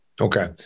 Okay